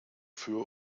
für